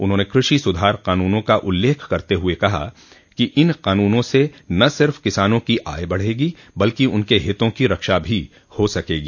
उन्होंने कृषि सुधार क़ानूनों का उल्लेख करते हुए कहा कि इन क़ानूनों से न सिर्फ किसानों की आय बढ़ेगी बल्कि उनके हितों की रक्षा भी हा सकगी